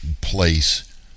place